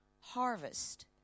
harvest